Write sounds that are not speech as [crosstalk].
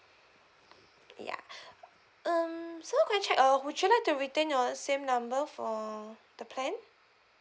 ya [breath] um so could I check uh would you like to retain your same number for the plan